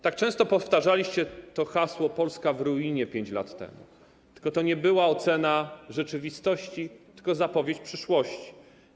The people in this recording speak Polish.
Tak często powtarzaliście hasło „Polska w ruinie” 5 lat temu, tyle że to nie była ocena rzeczywistości, tylko była to zapowiedź przyszłości.